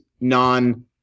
non